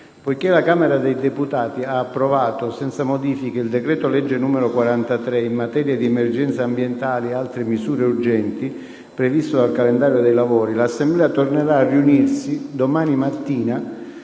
poiche´ la Camera dei deputati ha approvato senza modifiche il decreto-legge n. 43, in materia di emergenze ambientali e altre misure urgenti, previsto dal calendario dei lavori, l’Assemblea tornera` a riunirsi domani mattina,